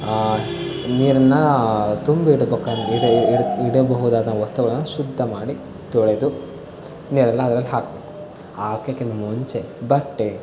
ನೀರನ್ನು ತುಂಬಿಡಬೇಕಂದಿ ಇಡಬಹುದಾದ ವಸ್ತುಗಳನ್ನು ಶುದ್ಧ ಮಾಡಿ ತೊಳೆದು ನೀರನ್ನು ಅದರಲ್ಲಿ ಹಾಕಬೇಕು ಹಾಕೋಕ್ಕಿಂತ ಮುಂಚೆ ಬಟ್ಟೆ